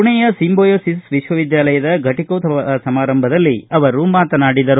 ಪುಣೆಯ ಸಿಂದೋಯಾಸಿಸ್ ವಿಶ್ವವಿದ್ಯಾಲಯದ ಘಟಿಕೋತ್ಸವ ಸಮಾರಂಭದಲ್ಲಿ ಅವರು ಮಾತನಾಡಿದರು